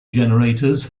generators